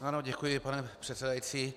Ano, děkuji, pane předsedající.